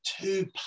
two